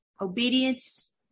Obedience